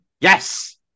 Yes